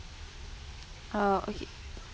uh okay